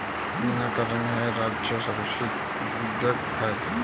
वनीकरण हा राज्य संरक्षित उद्योग आहे